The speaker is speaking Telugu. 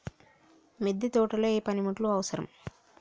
మిద్దె తోటలో ఏ పనిముట్లు అవసరం?